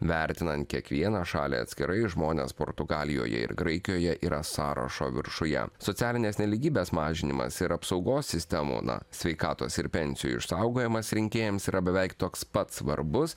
vertinant kiekvieną šalį atskirai žmones portugalijoje ir graikijoje yra sąrašo viršuje socialinės nelygybės mažinimas ir apsaugos sistemų na sveikatos ir pensijų išsaugojimas rinkėjams yra beveik toks pat svarbus